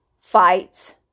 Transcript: Fights